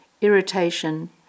irritation